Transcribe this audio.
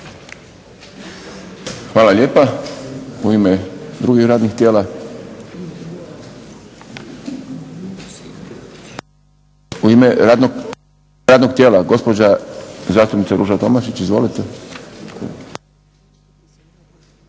Hvala. U ime drugih radnih tijela? U ime radnog tijela gospođa zastupnica Ruža Tomašić. Izvolite.